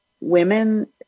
women